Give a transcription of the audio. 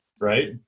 right